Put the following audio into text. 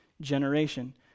generation